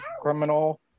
criminal